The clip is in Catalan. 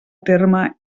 terme